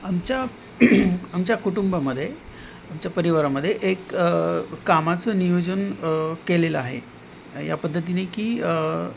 आमच्या आमच्या कुटुंबामध्ये आमच्या परिवारामध्ये एक कामाचं नियोजन केलेलं आहे या पद्धतीने की